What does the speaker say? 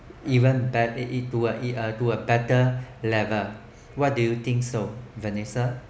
even bet~ it it to uh uh to a better level what do you think so vanessa